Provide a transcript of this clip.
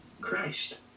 Christ